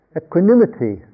equanimity